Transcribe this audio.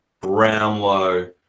Brownlow